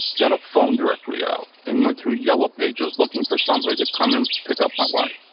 got a phone directory out and went through yellow pages looking for somebody to come and pick up my wife.